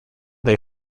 they